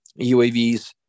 UAVs